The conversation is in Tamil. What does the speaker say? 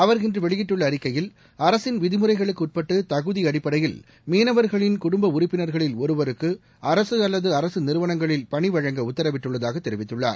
அவர் இன்று வெளியிட்டுள்ள அறிக்கையில் அரசின் விதிமுறைகளுக்கு உட்பட்டு தகுதி அடிப்படையில் மீனவர்களின் குடும்ப உறுப்பினர்களில் ஒருவருக்கு அரசு அல்லது அரசு நிறுவனங்களில் வழங்க உத்தரவிட்டுள்ளதாக தெரிவித்துள்ளார்